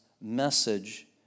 message